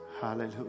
Hallelujah